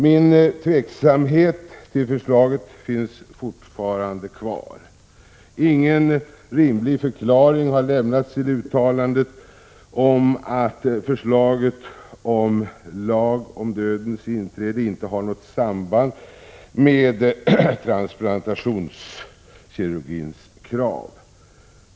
Min tveksamhet till förslaget finns fortfarande kvar. Ingen rimlig förklaring har lämnats till utttalandet om att förslaget om lag om dödens inträde inte har något samband med transplantationskirurgins krav.